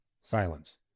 Silence